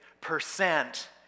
Percent